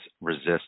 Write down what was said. resist